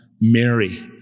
Mary